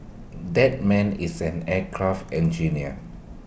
that man is an aircraft engineer